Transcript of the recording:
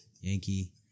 Yankee